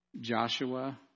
joshua